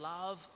love